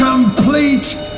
complete